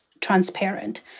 transparent